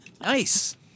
Nice